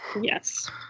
Yes